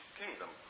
kingdom